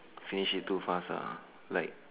finish it too fast ah like